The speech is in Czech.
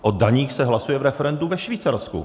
O daních se hlasuje v referendu ve Švýcarsku.